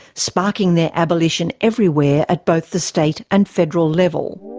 sparking their abolition everywhere at both the state and federal level.